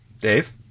Dave